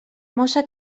mossa